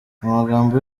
amagambo